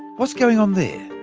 what's going on there?